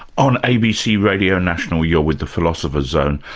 on abc radio national, you're with the philosopher's zone,